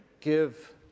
give